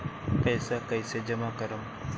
पैसा कईसे जामा करम?